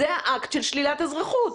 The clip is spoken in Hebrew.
זה האקט של שלילת אזרחות.